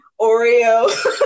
Oreo